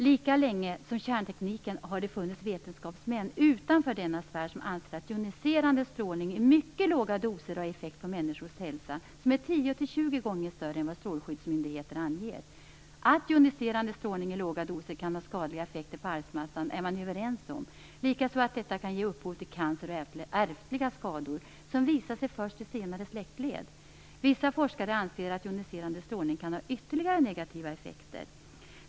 Lika länge som det funnits kärnteknik har det funnits vetenskapsmän utanför denna sfär som anser att joniserande strålning i mycket låga doser har effekter på människors hälsa som är 10-20 gånger större än vad strålskyddsmyndigheterna anger. Att joniserande strålning i låga doser kan ha skadliga effekter på arvsmassan är man överens om, liksom att detta kan ge upphov till cancer och ärftliga skador som visar sig först i senare släktled. Vissa forskare anser att joniserande strålning kan ha ytterligare negativa effekter.